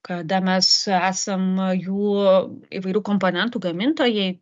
kada mes esam jų įvairių komponentų gamintojai